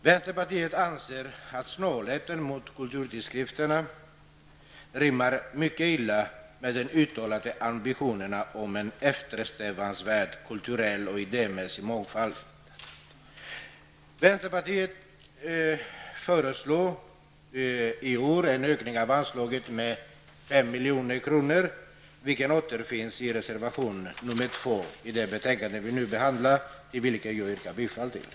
Vänsterpartiet anser att snålheten mot kulturtidskrifterna rimmar mycket illa med de uttalade ambitionerna om att eftersträva en kulturell och idémässig mångfald. Vänsterpartiet föreslår i år en ökning av anslaget med 5 milj.kr., och det yrkandet återfinns i reservation nr 2 i det betänkande som vi nu behandlar. Jag yrkar bifall till den reservationen.